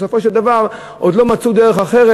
בסופו של דבר עוד לא מצאו דרך אחרת.